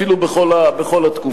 נדמה לי אפילו בכל התקופה,